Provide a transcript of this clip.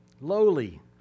lowly